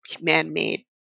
man-made